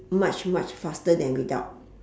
much much faster than without